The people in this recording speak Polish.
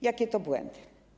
Jakie to błędy?